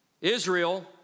Israel